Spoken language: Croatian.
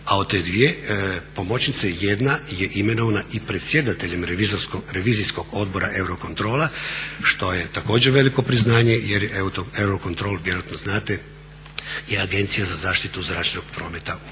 a od te dvije pomoćnice jedna je imenovana i predsjedateljem Revizijskog odbora Eurocontrola što je također veliko priznanje jer Eurocontrol, vjerojatno znate je Agencija za zaštitu zračnog prometa u